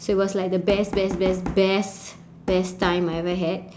so it was like the best best best best best time I ever had